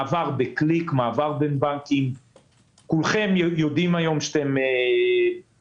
מעבר בקליק בין בנקים; כולכם יודעים היום שה-EMV